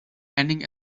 ending